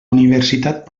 universitat